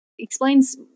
explains